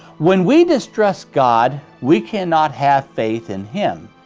when we distrust god, we cannot have faith in him,